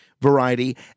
variety